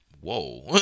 whoa